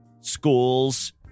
schools